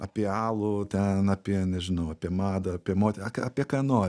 apie alų ten apie nežinau apie madą apie motiną apie ką nori